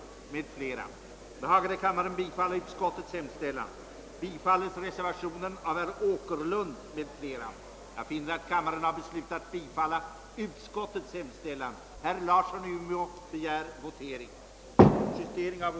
Det går sålunda inte att göra några sådana jämförelser som herr Lothigius gjorde.